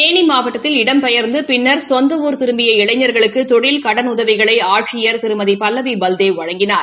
தேனி மாவட்டத்தில் இடம் பெயர்ந்து பின்னர் சொந்த ஊர் திரும்பிய இளைஞர்களுக்கு தொழில் கடனுதவிகளை ஆட்சியர் திருமதி பல்லவி பல்தேவ் வழங்கினார்